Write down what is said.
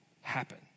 happen